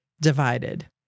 divided